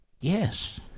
Yes